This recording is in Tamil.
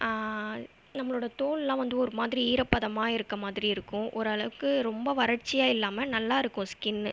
நம்மளோட தோலெல்லாம் வந்து ஒரு மாதிரி ஈரப்பதமாக இருக்கற மாதிரி இருக்கும் ஒரு அளவுக்கு ரொம்ப வறட்சியாக இல்லாமல் நல்லாயிருக்கும் ஸ்கின்